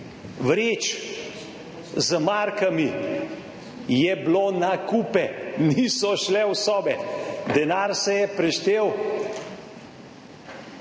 vreč z markami je bilo na kupe, niso šle v sobe. Denar se je preštel,